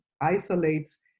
isolates